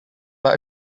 but